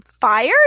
fired